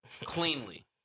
cleanly